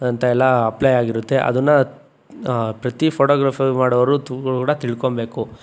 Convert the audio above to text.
ಅಂತ ಎಲ್ಲ ಅಪ್ಲೈ ಆಗಿರುತ್ತೆ ಅದನ್ನ ಪ್ರತಿ ಫೋಟೋಗ್ರಫಿ ಮಾಡೋರು ತು ಕೂಡ ತಿಳ್ಕೊಬೇಕು